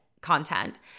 content